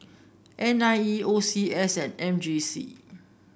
N I E O C S and M J C